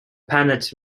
planet